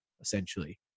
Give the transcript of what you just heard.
essentially